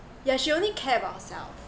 yeah she only care about herself